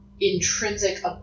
intrinsic